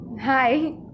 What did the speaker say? Hi